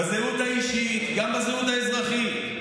בזהות האישית וגם בזהות האזרחית.